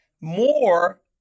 more